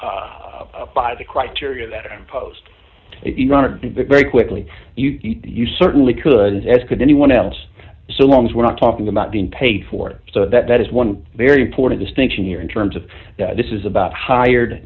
by the criteria that are imposed if you want to very quickly you certainly could as could anyone else so long as we're not talking about being paid for it so that that is one very important distinction here in terms of this is about hired